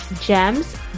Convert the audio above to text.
GEMS